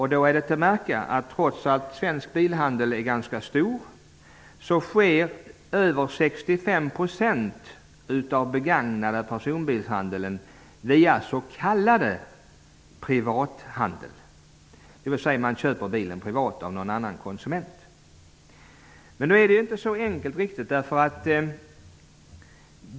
Det är värt att lägga märke till att över 65 % av handeln med begagnade personbilar sker via den s.k. privathandeln, dvs. man köper bilen privat av någon annan konsument, trots att svensk bilhandel är ganska stor. Men det är inte riktigt så enkelt.